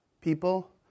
people